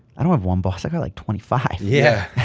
i don't have one boss, i got like twenty five yeah